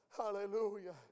Hallelujah